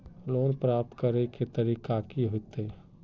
Loan प्राप्त करे के तरीका की होते?